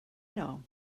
know